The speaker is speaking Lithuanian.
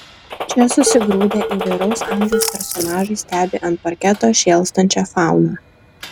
čia susigrūdę įvairaus amžiaus personažai stebi ant parketo šėlstančią fauną